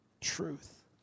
truth